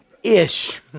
ish